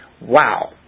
Wow